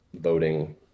voting